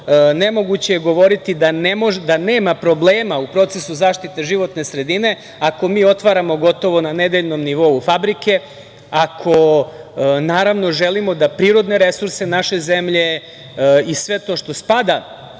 nemoguće je govoriti da nema problema u procesu zaštite životne sredine, ako mi otvaramo gotovo na nedeljnom nivou fabrike, ako želimo da prirodne resurse naše zemlje i sve to što spada,